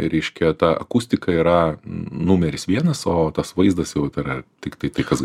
reiškia ta akustika yra numeris vienas o tas vaizdas jau tai yra tiktai tai kas